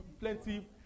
plenty